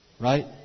Right